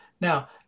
Now